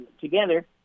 together